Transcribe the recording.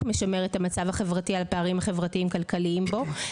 משמר את המצב החברתי על הפערים החברתיים הכלכליים בו,